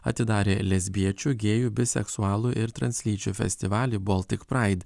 atidarė lesbiečių gėjų biseksualų ir translyčių festivalį baltic pride